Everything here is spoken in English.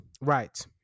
right